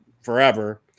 forever